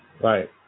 Right